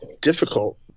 difficult